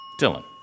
Dylan